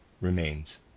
remains